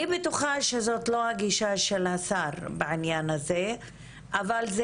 אני בטוחה שזאת לא הגישה של השר בעניין הזה אבל זה